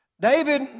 David